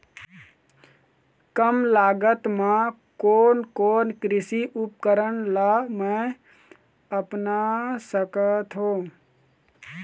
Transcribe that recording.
कम लागत मा कोन कोन कृषि उपकरण ला मैं अपना सकथो?